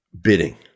Bidding